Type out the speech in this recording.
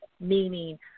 meaning